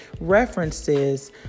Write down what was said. references